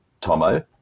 Tomo